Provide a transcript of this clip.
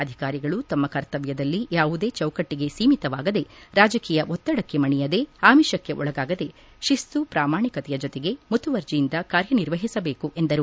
ಅಧಿಕಾರಿಗಳು ತಮ್ಮ ಕರ್ತವ್ಯದಲ್ಲಿ ಯಾವುದೇ ಚೌಕಟ್ಟಿಗೆ ಸೀಮಿತವಾಗದೆ ರಾಜಕೀಯ ಒತ್ತಡಕ್ಕೆ ಮಣಿಯದೆ ಆಮಿಷಕ್ಕೆ ಒಳಗಾಗದೇ ಶಿಸ್ತು ಪ್ರಾಮಾಣಿಕತೆಯ ಜೊತೆಗೆ ಮುತುವರ್ಜಿಯಿಂದ ಕಾರ್ಯನಿರ್ವಹಿಸಬೇಕು ಎಂದರು